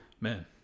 Man